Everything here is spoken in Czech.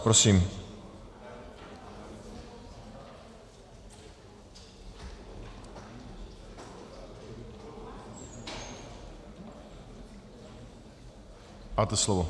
Prosím, máte slovo.